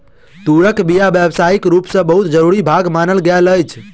तूरक बीया व्यावसायिक रूप सॅ बहुत जरूरी भाग मानल गेल अछि